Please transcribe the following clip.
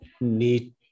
need